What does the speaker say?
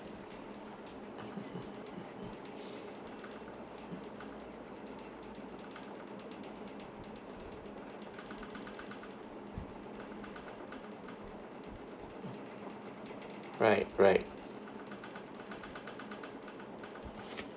right right